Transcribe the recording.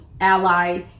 ally